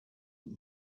that